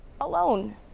alone